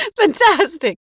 Fantastic